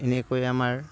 এনেকৈয়ে আমাৰ